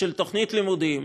של תוכניות לימודים